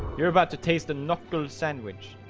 you're about to taste a knuckle sandwich